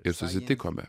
ir susitikome